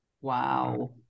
wow